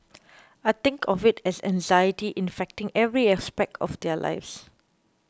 I think of it as anxiety infecting every aspect of their lives